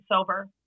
sober